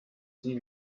sie